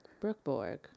brookborg